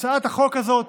הצעת החוק הזאת